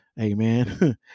amen